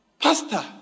pastor